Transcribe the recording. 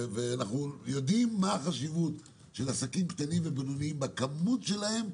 אנחנו יודעים מה החשיבות של עסקים קטנים ובינוניים בכמות שלהם,